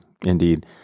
indeed